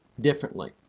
differently